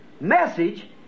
message